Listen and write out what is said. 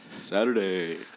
Saturday